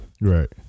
Right